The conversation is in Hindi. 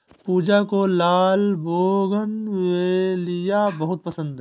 पूजा को लाल बोगनवेलिया बहुत पसंद है